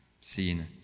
Seen